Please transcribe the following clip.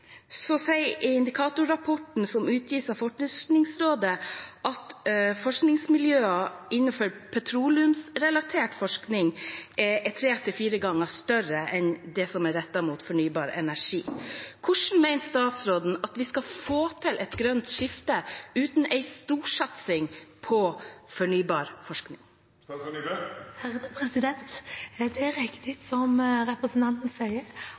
sier Indikatorrapporten, som utgis av Forskningsrådet, at forskningsmiljøene innenfor petroleumsrelatert forskning er tre til fire ganger større enn det som er rettet mot fornybar energi. Hvordan mener statsråden at vi skal få til et grønt skifte uten en storsatsing på fornybar forskning? Det er riktig som representanten sier,